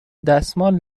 دستمال